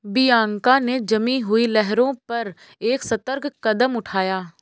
Bianca ने जमी हुई लहरों पर एक सतर्क कदम उठाया